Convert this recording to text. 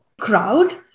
crowd